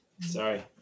Sorry